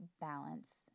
balance